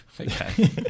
okay